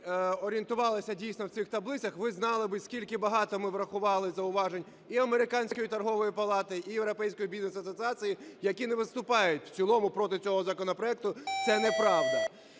орієнтувалися дійсно в цих таблицях, ви знали би, скільки багато ми врахували зауважень і Американської торговельної палати, і Європейської Бізнес Асоціації, які не виступають в цілому проти цього законопроекту, це неправда.